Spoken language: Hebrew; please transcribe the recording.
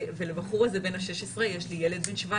ולבחור בן ה-16 יש לי ילד בן 17